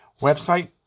website